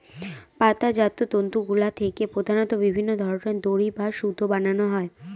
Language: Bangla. পাতাজাত তন্তুগুলা থেকে প্রধানত বিভিন্ন ধরনের দড়ি বা সুতা বানানো হয়